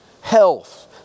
health